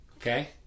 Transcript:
okay